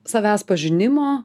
savęs pažinimo